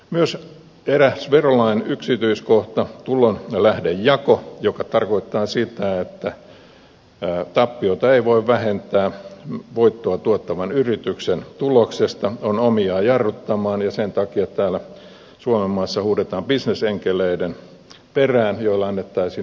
myös eräs verolain yksityiskohta tulonlähdejako joka tarkoittaa sitä että tappiota ei voi vähentää voittoa tuottavan yrityksen tuloksesta on omiaan jarruttamaan ja sen takia täällä suomenmaassa huudetaan bisnesenkeleiden perään joille annettaisiin erityisverokohtelu